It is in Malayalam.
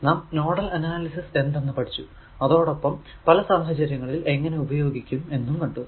നാം നോഡൽ അനാലിസിസ് എന്തെന്ന് പഠിച്ചു അതോടൊപ്പം പല സാഹചര്യങ്ങളിൽ എങ്ങനെ ഉപയോഗിക്കും എന്നും കണ്ടു